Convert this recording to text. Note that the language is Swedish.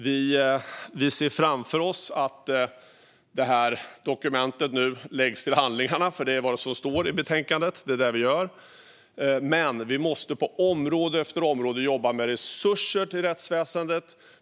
Vi ser framför oss att detta dokument nu läggs till handlingarna, för det är vad som står i betänkandet. Det är så vi gör. Dock måste vi på område efter område jobba med resurser till rättsväsendet.